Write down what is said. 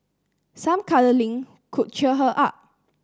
some cuddling could cheer her up